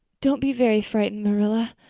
don't be very frightened, marilla.